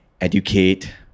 educate